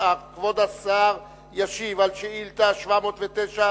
כבוד השר ישיב על שאילתא מס' 709,